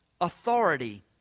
authority